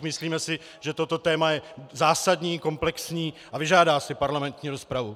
Myslíme si, že toto téma je zásadní, komplexní a vyžádá si parlamentní rozpravu.